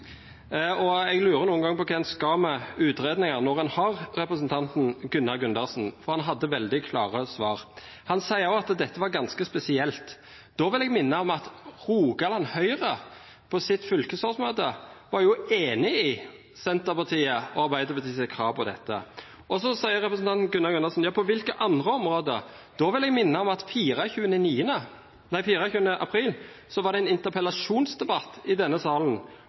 Jeg lurer noen ganger på hva en skal med utredninger når en har representanten Gunnar Gundersen, for han hadde veldig klare svar. Han sier også at dette var ganske spesielt. Da vil jeg minne om at Rogaland Høyre på sitt fylkesårsmøte var enig i Senterpartiets og Arbeiderpartiets krav når det gjelder dette. Så sier representanten Gunnar Gundersen: På hvilke andre områder? Da vil jeg minne om at 24. april var det en interpellasjonsdebatt i denne salen